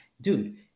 Dude